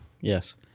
Yes